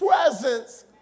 presence